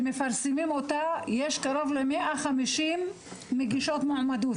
שמפרסמים יש קרוב ל-150 מגישות מועמדות.